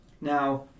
Now